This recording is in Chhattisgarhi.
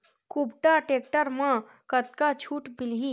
कुबटा टेक्टर म कतका छूट मिलही?